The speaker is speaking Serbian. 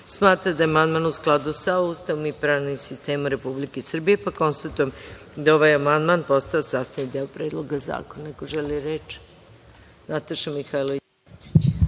smatra da je amandman u skladu sa Ustavom i pravnim sistemom Republike Srbije. Konstatujem da je ovaj amandman postao sastavni deo Predloga zakona. Reč